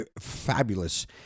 Fabulous